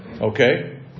Okay